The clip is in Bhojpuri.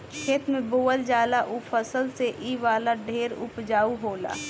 खेत में बोअल जाला ऊ फसल से इ वाला ढेर उपजाउ होला